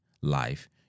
life